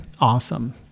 Awesome